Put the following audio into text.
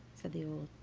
said the old